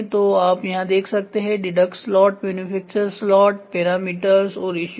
तो आप यहां देख सकते हैं deduct slot manufacture slot parameters और इश्यूज